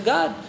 God